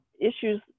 issues